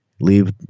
leave